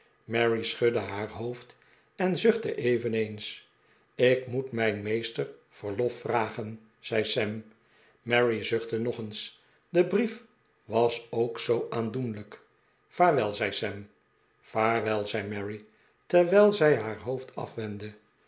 mary schudde haar hoofd en zuchtte eveneens ik moet mijn meester verlof vragen zei sam mary zuchtte nog eens de brief was ook zoo aandoenlijk vaarwel zei sam vaarwel zei mary terwijl zij haar hoofd afwendde